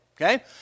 okay